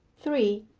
three.